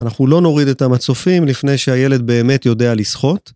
אנחנו לא נוריד את המצופים לפני שהילד באמת יודע לשחות